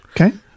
okay